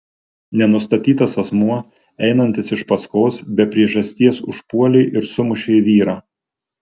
nenustatytas asmuo einantis iš paskos be priežasties užpuolė ir sumušė vyrą